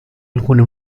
alcune